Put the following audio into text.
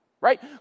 right